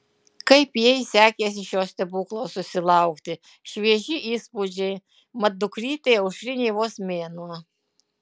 kaip jai sekėsi šio stebuklo susilaukti švieži įspūdžiai mat dukrytei aušrinei vos mėnuo